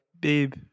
babe